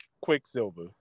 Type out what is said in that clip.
Quicksilver